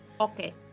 okay